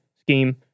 scheme